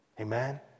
Amen